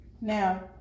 Now